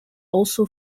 also